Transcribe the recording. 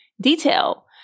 detail